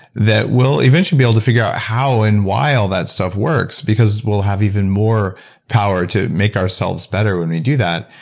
that we'll eventually be able to figure out how and why all that stuff works because we'll have even more power to make ourselves better when we do that.